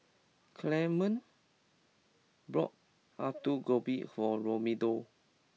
Clemence bought Alu Gobi for Romello